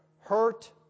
hurt